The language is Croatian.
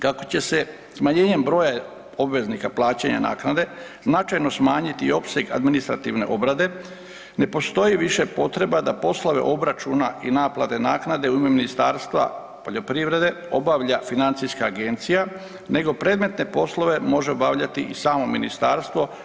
Kako će se smanjenjem broja obveznika plaćanja naknade značajno smanjiti i opseg administrativne obrade ne postoji više potreba da poslove obračuna i naplate naknade u ime Ministarstva poljoprivrede obavlja Financijska agencija, nego predmetne poslove može obavljati i samo ministarstvo.